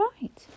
right